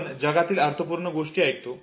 आपण जगातील अर्थपूर्ण गोष्टी एकेतो